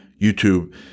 YouTube